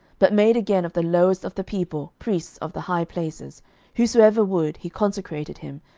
but made again of the lowest of the people priests of the high places whosoever would, he consecrated him,